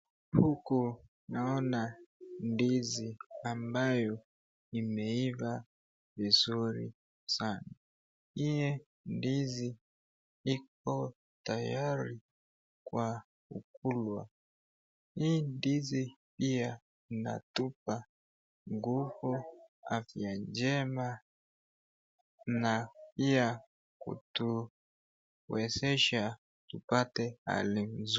Huku naona ndizi ambayo imeifaa vizuri sana, hii ndizi iko tayari kwa kukulwa, hii ndizi inatupa nguvu, afya njema na pia kutuwesesha tupate hali nzuri.